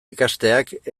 ikasteak